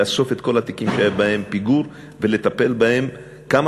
לאסוף את כל התיקים שהיה בהם פיגור ולטפל בהם כמה